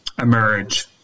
emerge